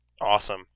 Awesome